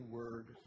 word